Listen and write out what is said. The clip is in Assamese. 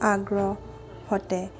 আগ্ৰহতে